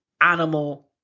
animal